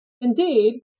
Indeed